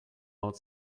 out